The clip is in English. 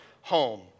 home